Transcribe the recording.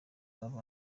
akaba